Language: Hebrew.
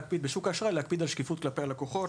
בשוק האשראי יש להקפיד על שקיפות כלפי הלקוחות,